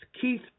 Keith